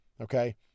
okay